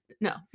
No